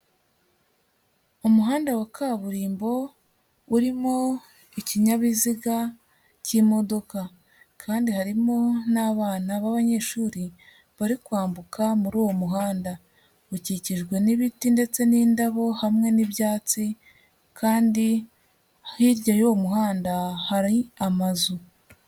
Umuhanda wa kaburimbo urimo ikinyabiziga cy'imodoka kandi harimo n'abana babanyeshuri bari kwambuka muri uwo muhanda, ukikijwe n'ibiti ndetse n'indabo hamwe n'ibyatsi kandi hirya y'uwo muhanda hari amazu.